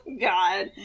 God